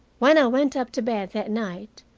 when i went up to bed that night,